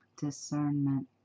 discernment